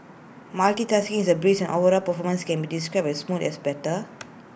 multitasking is A breeze and overall performance can be described as smooth as butter